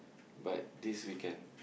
what this weekend